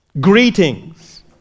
Greetings